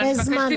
אני מבקש שתבדקי.